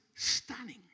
Stunning